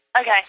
Okay